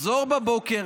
נחזור בבוקר,